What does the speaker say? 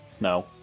No